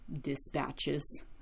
dispatches